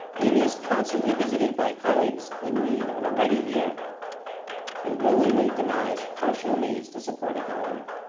amy is constantly visited by colleagues in need of a ready ear and willingly denies personal needs to support a colleague.